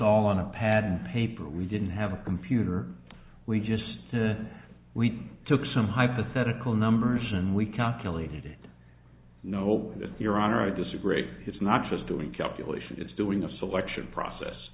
all on a pad of paper we didn't have a computer we just to we took some hypothetical numbers and we calculated no your honor i disagree it's not just doing calculations it's doing the selection process